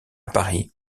paris